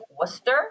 Worcester